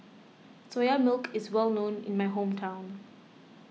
Soya Milk is well known in my hometown